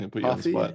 coffee